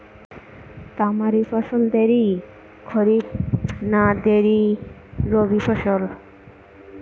তামারি ফসল দেরী খরিফ না দেরী রবি ফসল?